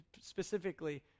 specifically